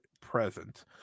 present